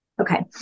Okay